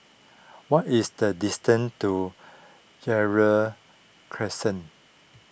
what is the distance to Gerald Crescent